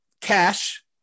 Cash